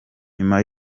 nyuma